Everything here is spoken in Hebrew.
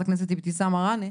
חברת הכנסת אבתיסאם מראענה,